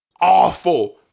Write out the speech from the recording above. awful